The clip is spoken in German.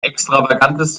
extravagantes